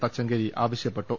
തച്ചങ്കരി ആവശ്യപ്പെട്ടു